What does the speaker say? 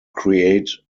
create